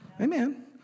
Amen